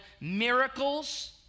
Miracles